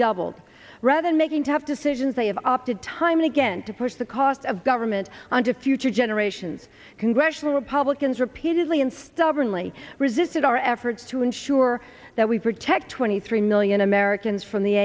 doubled rather than making tough decisions they have opted time again to push the cost of government on to future generations congressional republicans repeatedly and stubbornly resisted our efforts to ensure that we protect twenty three million americans from the